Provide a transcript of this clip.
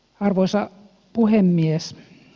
arvoisa puhemies